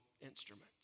instruments